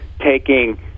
taking